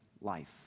life